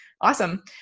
Awesome